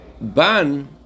Ban